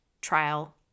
trial